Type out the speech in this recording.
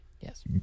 Yes